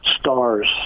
Stars